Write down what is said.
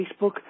Facebook